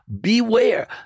beware